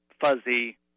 fuzzy